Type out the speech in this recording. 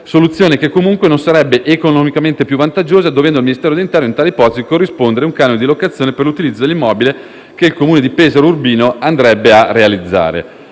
soluzione che comunque non sarebbe economicamente più vantaggiosa, dovendo il Ministero dell'interno in tale ipotesi corrispondere un canone di locazione per l'utilizzo dell'immobile che il Comune di Pesaro andrebbe a realizzare.